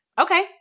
okay